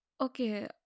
okay